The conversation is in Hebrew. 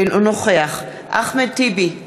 אינו נוכח אחמד טיבי,